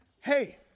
Hey